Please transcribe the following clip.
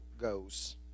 goes